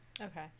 okay